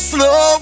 Slow